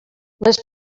les